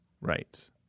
Right